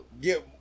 Get